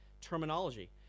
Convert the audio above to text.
terminology